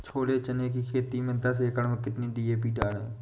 छोले चने की खेती में दस एकड़ में कितनी डी.पी डालें?